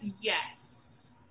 yes